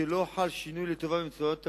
לא חל שינוי לטובה במציאות הביטחונית.